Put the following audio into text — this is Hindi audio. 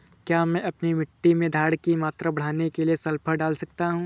क्या मैं अपनी मिट्टी में धारण की मात्रा बढ़ाने के लिए सल्फर डाल सकता हूँ?